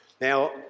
now